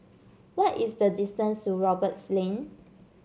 what is the distance to Roberts Lane